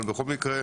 אבל בכל מקרה,